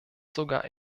sogar